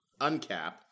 uncap